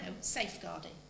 safeguarding